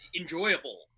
enjoyable